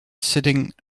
sitting